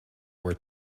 were